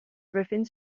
bevindt